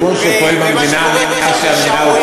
זה ארגון שפועל במדינה מאז שהמדינה הוקמה.